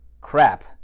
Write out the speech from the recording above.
crap